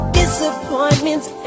disappointments